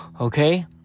Okay